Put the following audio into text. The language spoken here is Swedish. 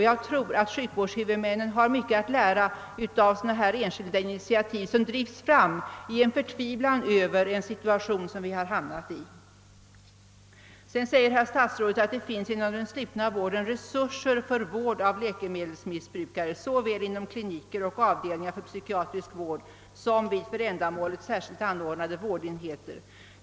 Jag tror att sjukvårdshuvudmännen har mycket att lära av sådana här enskilda initiativ, som drivs fram i en förtvivlan över den situation vi hamnat i. Herr statsrådet säger att det inom den slutna vården finns »resurser för vård av läkemedelsmissbrukare såväl inom kliniker och avdelningar för psykiatrisk vård som vid för ändamålet särskilt anordnade vårdenheter».